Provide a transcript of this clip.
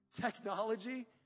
technology